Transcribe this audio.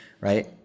right